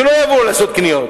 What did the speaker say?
שלא יבואו לעשות קניות,